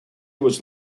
was